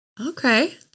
Okay